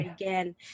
again